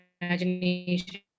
imagination